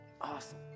Awesome